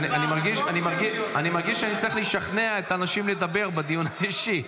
אני מרגיש שאני צריך לשכנע את האנשים לדבר בדיון האישי.